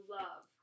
love